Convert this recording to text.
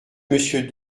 monsieur